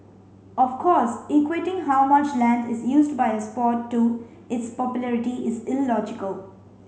of course equating how much land is used by a sport to its popularity is illogical